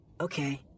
Okay